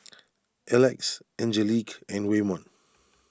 Elex Angelique and Waymon